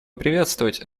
приветствовать